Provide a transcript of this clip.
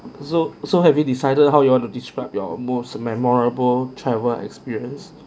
so so have you decided how you want to describe your most memorable travel experience